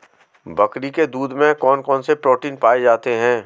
बकरी के दूध में कौन कौनसे प्रोटीन पाए जाते हैं?